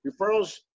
referrals